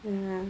mm